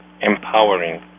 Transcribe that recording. Empowering